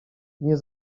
nie